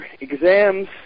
exams